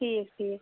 ٹھیٖک ٹھیٖک